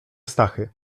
stachy